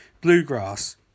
bluegrass